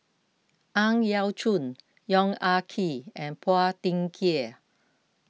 Ang Yau Choon Yong Ah Kee and Phua Thin Kiay